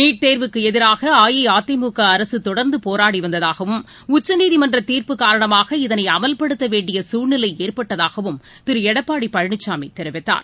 NEET தேர்வுக்குஎதிராகஅஇஅதிமுகஅரசுதொடர்ந்துபோராடிவந்ததாகவும் உச்சநீதிமன்றதீர்ப்பு காரணமாக இதனைஅமல்படுத்தவேண்டியசூழ்நிலைஏற்பட்டதாகவும் திருளடப்பாடிபழனிசாமிதெரிவித்தார்